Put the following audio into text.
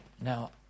Now